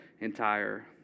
entire